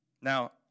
Now